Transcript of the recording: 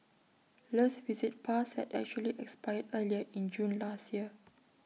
le's visit pass had actually expired earlier in June last year